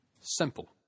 Simple